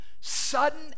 sudden